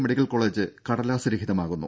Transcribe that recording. medical college കടലാസ് രഹിതമാകുന്നു